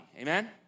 Amen